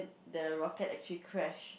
the rocket actually crash